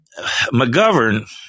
McGovern